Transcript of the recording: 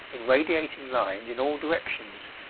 in radiating lines, in all directions,